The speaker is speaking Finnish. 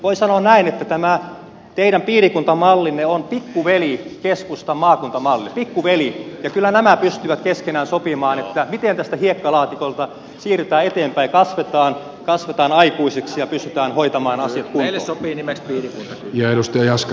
voi sanoa näin että tämä teidän piirikuntamallinne on pikkuveli keskustan maakuntamallille ja kyllä nämä pystyvät keskenään sopimaan miten tästä hiekkalaatikolta siirrytään eteenpäin kasvetaan aikuisiksi ja pystytään hoitamaan asiat kuntoon